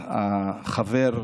החבר,